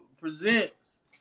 presents